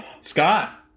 Scott